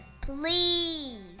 please